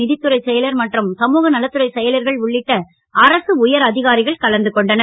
நிதித்துறைச் செயலர் மற்றும் சமூகநலத் துறை செயலர்கள் உள்ளிட்ட அரசு உயர் அதிகாரிகள் கலந்துகொண்டனர்